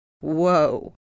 Whoa